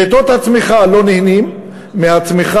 בעתות הצמיחה לא נהנים מהצמיחה,